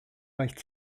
reicht